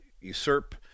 usurp